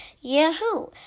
Yahoo